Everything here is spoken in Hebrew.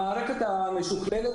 מערכת משוכללת,